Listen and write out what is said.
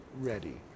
ready